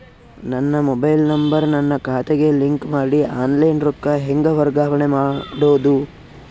ನನ್ನ mobile number ನನ್ನ ಖಾತೆಗೆ ಲಿಂಕ್ ಮಾಡಿ ಆನ್ಲೈನ್ ರೊಕ್ಕ ಹೆಂಗ ವರ್ಗಾವಣೆ ಮಾಡೋದು?